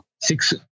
six